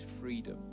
freedom